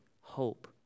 hope